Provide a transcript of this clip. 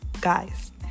guys